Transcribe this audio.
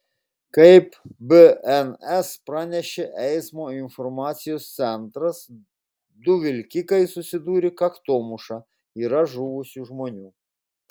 kaip bns pranešė eismo informacijos centras du vilkikai susidūrė kaktomuša yra žuvusių žmonių